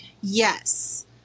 Yes